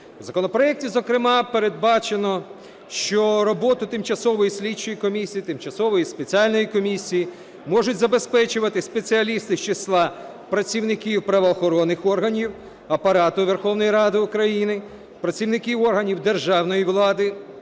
В законопроекті зокрема передбачено, що роботу тимчасової слідчої комісії, тимчасової спеціальної комісії можуть забезпечувати спеціалісти з числа працівників правоохоронних органів, Апарату Верховної Ради України, працівники органів державної влади,